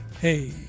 Hey